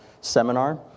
seminar